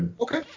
Okay